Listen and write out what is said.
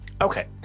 Okay